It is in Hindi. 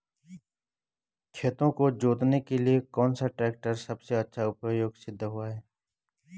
खेतों को जोतने के लिए कौन सा टैक्टर सबसे अच्छा उपयोगी सिद्ध हुआ है?